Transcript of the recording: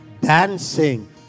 Dancing